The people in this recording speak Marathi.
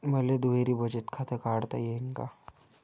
मले दुहेरी बचत खातं काढता येईन का?